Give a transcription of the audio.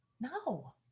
No